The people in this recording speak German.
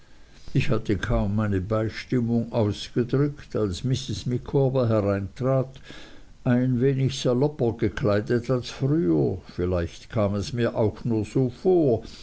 ich hatte kaum meine beistimmung ausgedrückt als mrs micawber hereintrat ein wenig salopper gekleidet als früher vielleicht kam es mir auch nur so vor